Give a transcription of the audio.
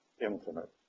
infinite